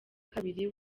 kabiri